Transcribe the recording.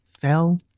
Fell